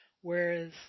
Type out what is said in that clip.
Whereas